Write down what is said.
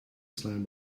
slam